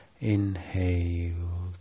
Inhale